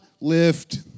lift